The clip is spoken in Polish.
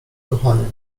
kochania